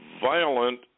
violent